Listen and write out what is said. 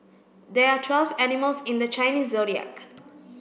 there are twelve animals in the Chinese Zodiac